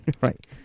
Right